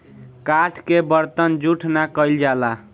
काठ के बरतन के जूठ ना कइल जाला